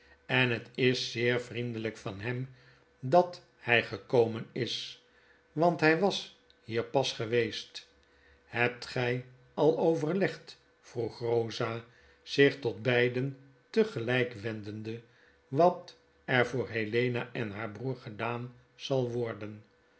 en het is zeer vriendelijk van hem dat hy gekomen is want hy was hier pas geweest hebt gy al overlegd vroeg rosa zich tot beiden tegelyk wendende wat er voor helena en haar broeder gedaan zal worden